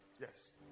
Yes